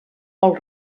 pel